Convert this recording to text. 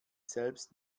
selbst